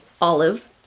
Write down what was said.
Olive